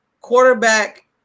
quarterback